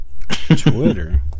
Twitter